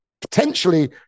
potentially